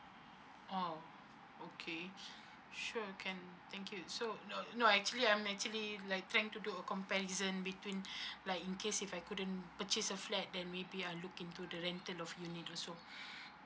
oh okay sure can thank you so no no actually I'm actually like tend to do a comparison between like in case if I couldn't purchase a flat then maybe I look into the rental of unit also